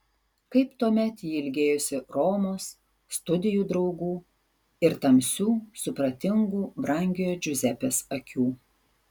kaip tuomet ji ilgėjosi romos studijų draugų ir tamsių supratingų brangiojo džiuzepės akių